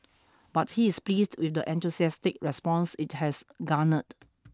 but he is pleased with the enthusiastic response it has garnered